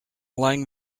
lying